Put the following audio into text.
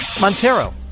Montero